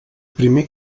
primer